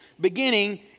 beginning